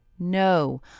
No